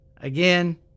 again